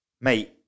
mate